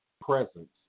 presence